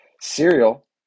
cereal